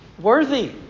Worthy